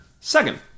Second